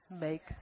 make